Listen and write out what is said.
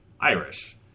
Irish